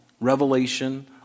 revelation